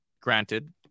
granted